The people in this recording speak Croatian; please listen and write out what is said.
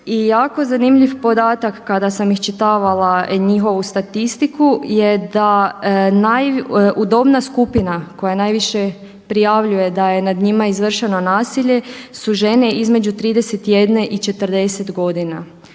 I jako zanimljivi podatak kada sam iščitavala njihovu statistiku je da dobna skupina koja najviše prijavljuje da je nad njima izvršeno nasilje su žene između 31 i 40 godina.